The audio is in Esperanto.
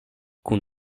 kun